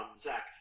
Zach